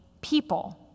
people